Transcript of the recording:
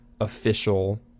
official